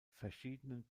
verschiedenen